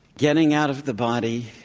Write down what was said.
getting out of the body,